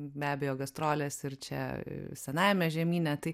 be abejo gastrolės ir čia senajame žemyne tai